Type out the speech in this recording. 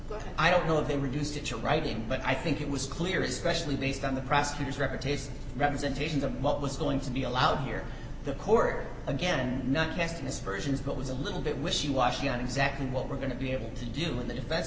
so i don't know if they reduced it to writing but i think it was clear especially based on the prosecutor's reputation representation of what was going to be allowed here the court again not casting aspersions but was a little bit wishy washy on exactly what we're going to be able to do in the defen